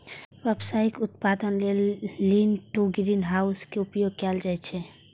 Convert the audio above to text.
व्यावसायिक उत्पादन लेल लीन टु ग्रीनहाउस के उपयोग कैल जाइ छै